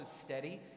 steady